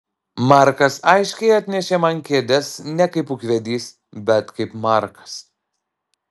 markas aiškiai atnešė man kėdes ne kaip ūkvedys bet kaip markas